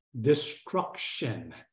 destruction